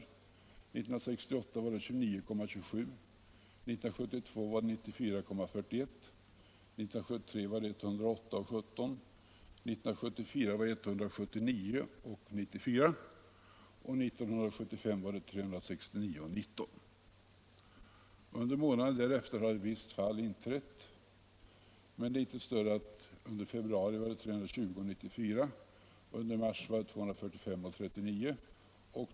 År 1968 var priset 29,27, år 1972 94,41, år 1973 108,17, år 1974 179,94 och år 1975 369,19. Under månaderna därefter har ett visst prisfall inträffat, men det är inte större än att priset i februari var 320,94 och i mars 245,39.